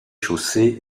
chaussée